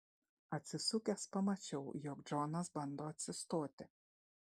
atsisukęs pamačiau jog džonas bando atsistoti